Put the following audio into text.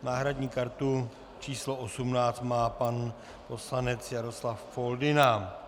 Náhradní kartu číslo 18 má pan poslanec Jaroslav Foldyna.